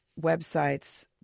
websites